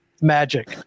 magic